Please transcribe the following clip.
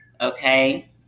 okay